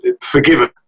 forgiven